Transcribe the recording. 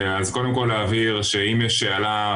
אז קודם כל להבהיר שאם יש טענה,